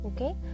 okay